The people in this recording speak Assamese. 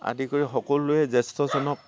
আদি কৰি সকলোৱে জ্যেষ্ঠজনক